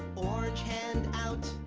orange hand out,